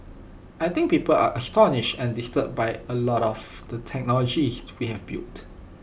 I think people are astonished and disturbed by A lot of the technologies we have built